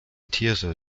tiere